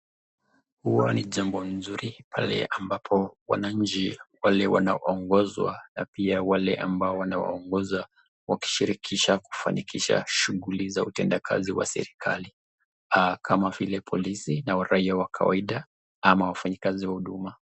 Huwa ni jambo mzuri pale ambapo wananchi wale wanaongozwa na pia wale ambao wanaongoza wakishirikisha kufanikisha shughuli za kutena kazi wa serikali kama vile polisi, na raia wa kawaida ama wafanyi kazi huduma.